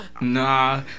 Nah